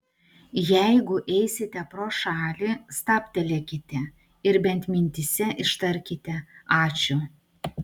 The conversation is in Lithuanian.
jeigu eisite pro šalį stabtelėkite ir bent mintyse ištarkite ačiū